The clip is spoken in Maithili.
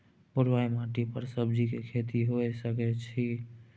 बलुआही माटी पर सब्जियां के खेती होय सकै अछि?